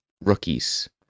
rookies